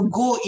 go